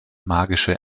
magische